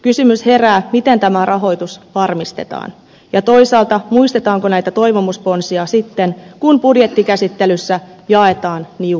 kysymys herää miten tämä rahoitus varmistetaan ja toisaalta muistetaanko näitä toivomusponsia sitten kun budjettikäsittelyssä jaetaan niukkuutta